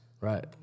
Right